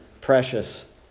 precious